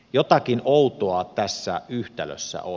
jotakin outoa tässä yhtälössä on